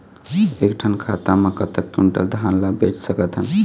एक ठन खाता मा कतक क्विंटल धान ला बेच सकथन?